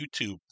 YouTube